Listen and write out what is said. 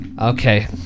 Okay